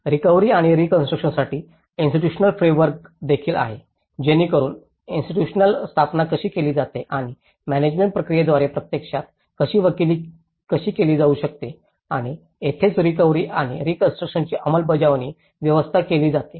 recovery आणि रीकॉन्स्ट्रुकशनसाठी institutional framework देखील आहे जेणेकरुन इन्स्टिट्यूशनल स्थापना कशी केली जाते आणि मॅनॅजमेण्ट प्रक्रियेद्वारे प्रत्यक्षात त्याची वकिली कशी केली जाऊ शकते आणि येथेच रिकव्हरी आणि रीकॉन्स्ट्रुकशनची अंमलबजावणीची व्यवस्था केली जाते